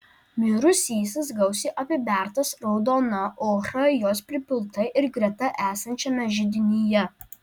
mirusysis gausiai apibertas raudona ochra jos pripilta ir greta esančiame židinyje